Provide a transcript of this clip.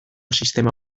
sistema